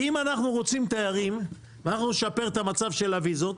כי אם אנחנו רוצים תיירים ואנחנו נשפר את המצב של הוויזות,